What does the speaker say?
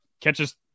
catches